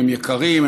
הם יקרים,